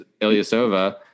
Ilyasova